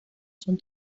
son